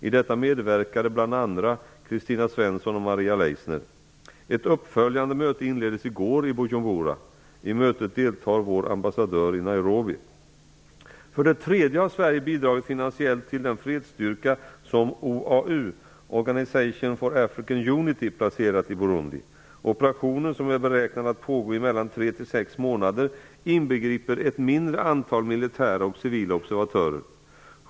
I detta medverkade bl.a. Kristina Svensson och Maria Leissner. Ett uppföljande möte inleddes i går i Bujumbura. I mötet deltar vår ambassadör i För det tredje har Sverige bidragit finansiellt till den fredsstyrka som OAU, Organization for African Unity, placerat i Burundi. Operationen som är beräknad att pågå i mellan tre och sex månader inbegriper ett mindre antal militära och civila observatörer.